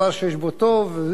כי כל פעם שאתה לוקח כביש